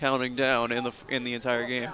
counting down in the in the entire game